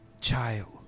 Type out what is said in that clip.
child